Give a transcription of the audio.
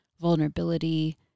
vulnerability